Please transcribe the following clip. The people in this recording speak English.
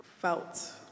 felt